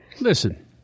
Listen